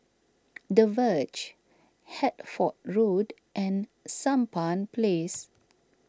the Verge Hertford Road and Sampan Place